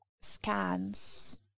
scans